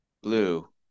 blue